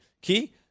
Key